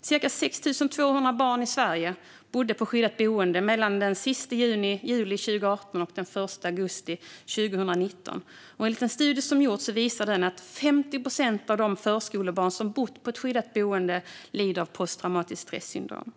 Cirka 6 200 barn i Sverige bodde på skyddat boende mellan den 31 juli 2018 och den 1 augusti 2019. En studie som gjorts visar att 50 procent av de förskolebarn som bott på ett skyddat boende lider av posttraumatiskt stressyndrom.